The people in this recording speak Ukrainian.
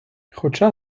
хоча